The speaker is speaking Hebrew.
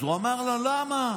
אז הוא אמר לה: למה,